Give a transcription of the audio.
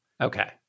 Okay